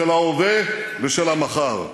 של ההווה ושל המחר.